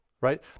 right